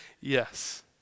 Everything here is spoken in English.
Yes